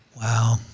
Wow